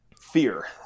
fear